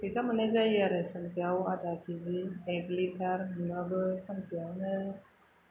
फैसा मोननाय जायो आरो सानसेयाव आदा कि जि एक लिटार मोनबाबो सानसेयावनो